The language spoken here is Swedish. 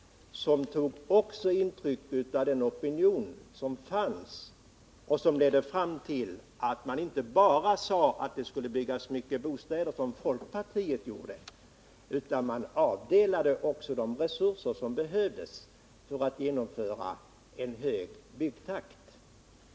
Arbetarrörelsen tog också intryck av den opinion som fanns, vilket ledde fram till att man inte bara sade att det skulle byggas många bostäder, som folkpartiet gjorde, utan också avdelade de resurser som behövdes för att genomföra en hög byggnadstakt.